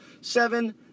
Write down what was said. Seven